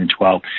2012